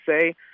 say